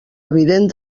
evident